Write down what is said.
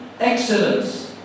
excellence